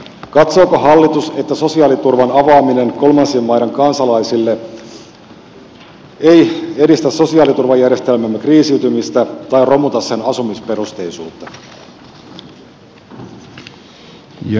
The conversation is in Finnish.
katsooko hallitus että sosiaaliturvan avaaminen kolmansien maiden kansalaisille ei edistä sosiaaliturvajärjestelmämme kriisiytymistä tai romuta sen asumisperusteisuutta